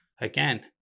Again